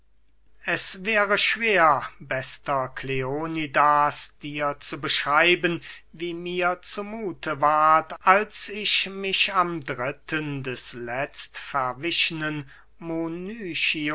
es wäre schwer bester kleonidas dir zu beschreiben wie mir zu muthe ward als ich mich am dritten des